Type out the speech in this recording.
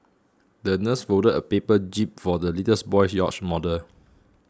the nurse folded a paper jib for the littles boy's yacht model